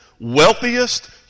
wealthiest